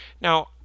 Now